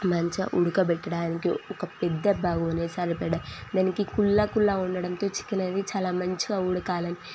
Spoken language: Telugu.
మంచిగా ఉడకబెట్టడానికి ఒక పెద్ద బగోనీ సరిపడా దానికి కుళ్ళ కుళ్ళ ఉండడంతో చికెన్ అనేది చాలా మంచిగా ఉడకాలి